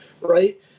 right